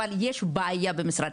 אבל יש בעיה במשרד,